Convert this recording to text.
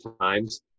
times